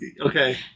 Okay